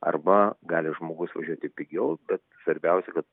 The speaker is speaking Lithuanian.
arba gali žmogus važiuoti pigiau bet svarbiausia kad